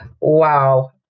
Wow